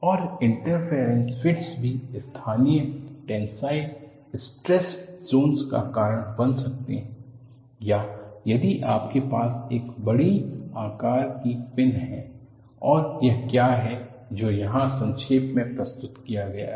ये interference fits भी स्थानीय टेंसाइल स्ट्रेस जोन्स का कारण बन सकते हैं या यदि आपके पास एक बड़ी आकर कि पिन है और यह क्या है जो यहाँ संक्षेप में प्रस्तुत किया गया है